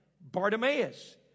Bartimaeus